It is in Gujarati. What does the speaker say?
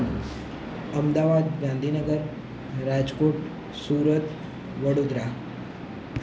અમદાવાદ ગાંધીનગર રાજકોટ સુરત વડોદરા